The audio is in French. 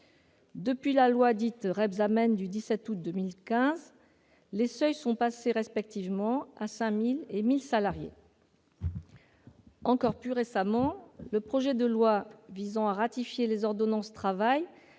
Depuis la loi Rebsamen du 17 août 2015, les seuils sont passés respectivement à 5 000 et 1 000 salariés. Encore plus récemment, le projet de loi visant à autoriser le Gouvernement